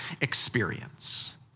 experience